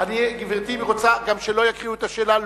אם היא רוצה שלא יקריאו את השאלה,